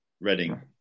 Reading